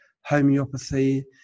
homeopathy